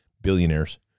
billionaires